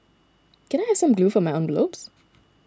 can I have some glue for my envelopes